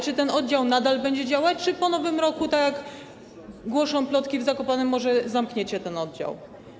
Czy ten oddział nadal będzie działać, czy po nowym roku, jak głoszą plotki w Zakopanem, zamkniecie ten oddział?